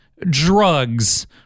drugs